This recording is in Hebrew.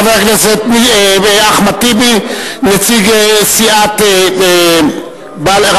חבר הכנסת אחמד טיבי, נציג סיעת רע"ם-תע"ל.